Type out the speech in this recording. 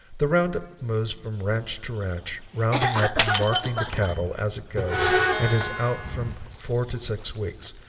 the round-up moves from ranch to ranch rounding up and marking the cattle as it goes and is out from four to six weeks,